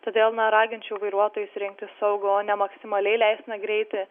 todėl na raginčiau vairuotojus rinktis saugų o ne maksimaliai leistiną greitį